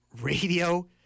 Radio